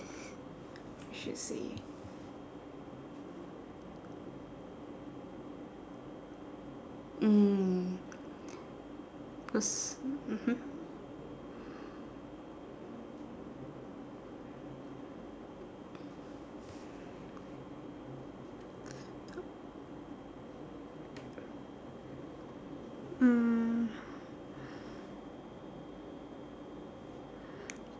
I should say mm cause mmhmm